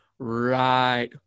Right